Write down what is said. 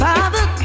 Father